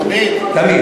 תמיד.